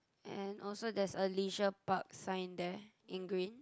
and also there's a leisure park sign there in green